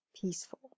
peaceful